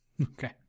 Okay